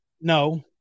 No